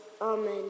Amen